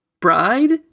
bride